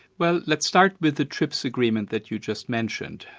well let's start with the trips agreement that you just mentioned.